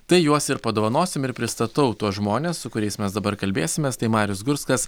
tai juos ir padovanosim ir pristatau tuos žmones su kuriais mes dabar kalbėsimės tai marius gurskas